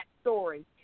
story